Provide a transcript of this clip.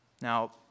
Now